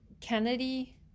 Kennedy